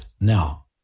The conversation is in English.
now